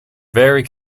very